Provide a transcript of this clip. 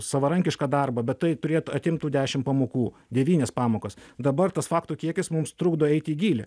savarankišką darbą bet tai turėt atimtų dešimt pamokų devynias pamokas dabar tas faktų kiekis mums trukdo eiti į gylį